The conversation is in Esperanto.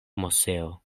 moseo